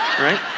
Right